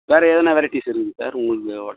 வேற எதனா வெரைட்டீஸ் இருக்குது சார் உங்கள்து ஹோட்